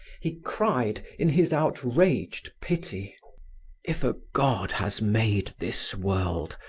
he cried, in his outraged pity if a god has made this world,